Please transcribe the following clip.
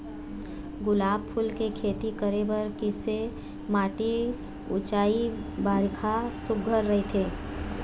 गुलाब फूल के खेती करे बर किसे माटी ऊंचाई बारिखा सुघ्घर राइथे?